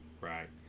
right